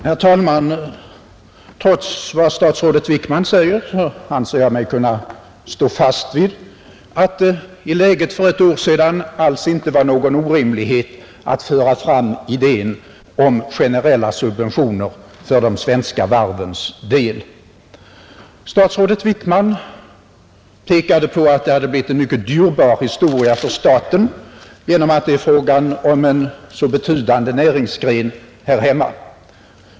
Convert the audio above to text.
Herr talman! Trots vad statsrådet Wickman säger anser jag mig kunna stå fast vid påståendet, att det i det läge som rådde för ett år sedan alls inte var någon orimlighet att föra fram idén om generella subventioner för de svenska varven, Statsrådet Wickman pekade på att detta skulle ha blivit en mycket dyrbar historia för staten genom att varvsindustrin är en så betydande näringsgren här hemma.